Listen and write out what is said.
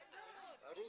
בוודאי.